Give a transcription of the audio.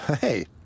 Hey